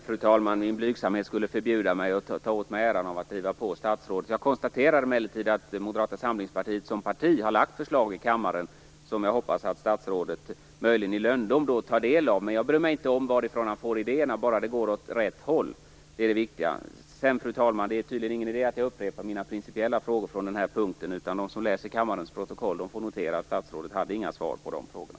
Fru talman! Min blygsamhet förbjuder mig att ta åt mig äran av att driva på statsrådet. Jag konstaterar emellertid att Moderata samlingspartiet som parti har lagt fram förslag i kammaren som jag hoppas att statsrådet - möjligen i lönndom - tar del av. Men jag bryr mig inte om varifrån han får idéerna - bara det går åt rätt håll. Det är det viktiga. Fru talman! Det är tydligen ingen idé att jag upprepar mina principiella frågor på den här punkten. De som läser kammarens protokoll får notera att statsrådet inte hade några svar på de frågorna.